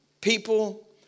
people